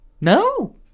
No